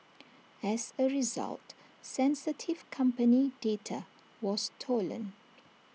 as A result sensitive company data was stolen